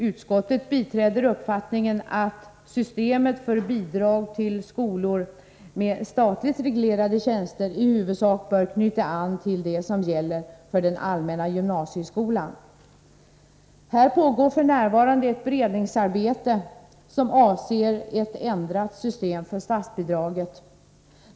Utskottet biträder uppfattningen att systemet för bidrag till skolor med statligt reglerade tjänster i huvudsak bör knyta an till det som gäller för den allmänna gymnasieskolan. Här pågår f.n. ett beredningsarbete som avser ett ändrat system för statsbidraget.